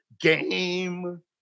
Game